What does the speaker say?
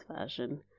version